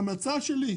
ההמלצה שלי: